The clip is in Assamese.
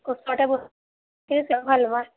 ওচৰতে বস্তুখিনি দিব পালে ভাল পাওঁ মই